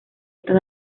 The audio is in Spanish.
estos